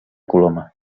coloma